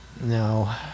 No